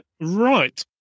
right